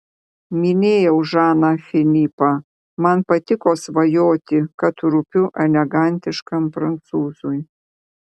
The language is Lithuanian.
mylėjau žaną filipą man patiko svajoti kad rūpiu elegantiškam prancūzui